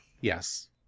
Yes